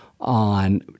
on